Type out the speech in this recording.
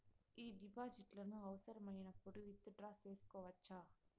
ఈ డిపాజిట్లను అవసరమైనప్పుడు విత్ డ్రా సేసుకోవచ్చా?